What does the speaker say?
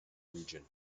region